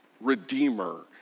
redeemer